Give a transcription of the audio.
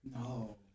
No